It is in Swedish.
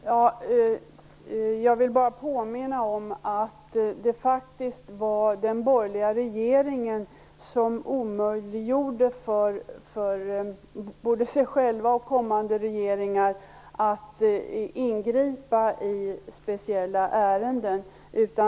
Herr talman! Jag vill bara påminna om att det faktiskt var den borgerliga regeringen som omöjliggjorde både för sig själv och för kommande regeringar att ingripa i speciella ärenden.